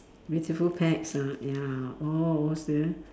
beautiful pets ah ya all always sweet